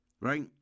right